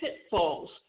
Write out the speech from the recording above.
pitfalls